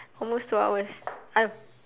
almost two hours